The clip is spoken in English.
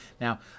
Now